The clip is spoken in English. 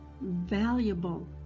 valuable